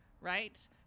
right